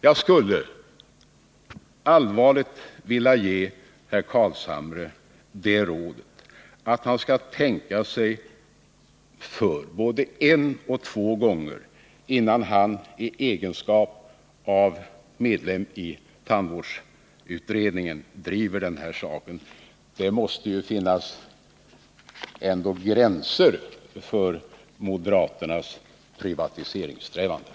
Jag skulle allvarligt vilja ge herr Carlshamre rådet att tänka sig för både en och två gånger innan han i egenskap av ledamot av tandvårdsutredningen driver den här frågan. Det måste ju ändå finnas gränser för moderaternas privatiseringssträvanden.